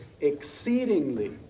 exceedingly